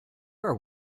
are